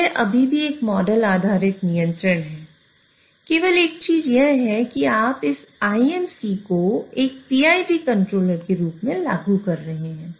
तो यह अभी भी एक मॉडल आधारित नियंत्रण है केवल एक चीज यह है कि आप इस IMC को एक PID कंट्रोलर के रूप में लागू कर रहे हैं